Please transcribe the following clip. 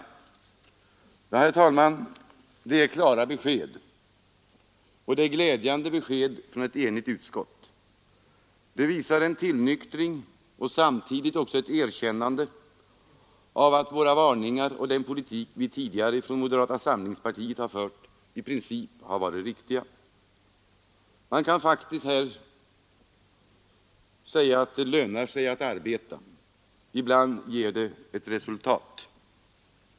Herr talman! Det är klara besked, och det är glädjande besked från ett enigt utskott. Det visar en tillnyktring och samtidigt också ett erkännande av att våra varningar varit befogade och att den politik vi tidigare från moderata samlingspartiet har fört i princip har varit riktig. Man kan faktiskt här säga att det lönar sig att arbeta. Ibland ger det ett resultat.